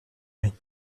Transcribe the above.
gris